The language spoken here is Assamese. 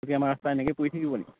তেতিয়া আমাৰ ৰাস্তা এনেকে পৰি থাকিব নেকি